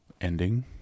ending